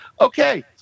Okay